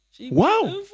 Wow